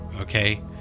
Okay